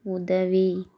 உதவி